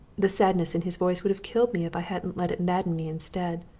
the sadness in his voice would have killed me if i hadn't let it madden me instead.